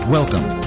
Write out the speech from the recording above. Welcome